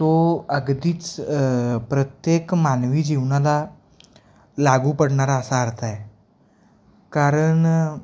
तो अगदीच प्रत्येक मानवी जीवनाला लागू पडणारा असा अर्थ आहे कारण